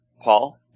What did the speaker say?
Paul